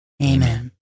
Amen